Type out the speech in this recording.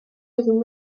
egin